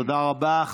תודה רבה.